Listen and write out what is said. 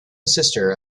sister